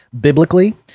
biblically